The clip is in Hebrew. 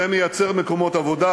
זה מייצר מקומות עבודה,